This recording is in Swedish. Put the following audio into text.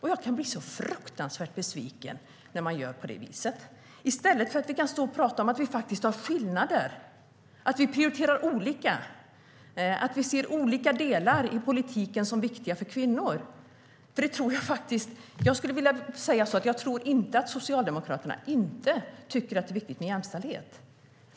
Jag blir så fruktansvärt besviken när man gör på det viset, i stället för att vi kan stå och prata om att det finns skillnader, att vi prioriterar olika, att vi ser olika delar i politiken som viktiga för kvinnor. Jag tror inte att Socialdemokraterna inte tycker att det är viktigt med jämställdhet.